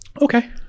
Okay